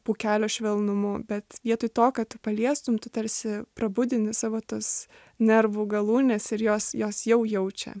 pūkelio švelnumu bet vietoj to kad tu paliestum tu tarsi prabudinti savo tas nervų galūnes ir jos jos jau jaučia